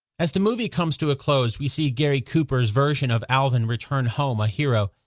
as the movie comes to a close, we see gary cooper's version of alvin return home a hero.